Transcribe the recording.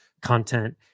content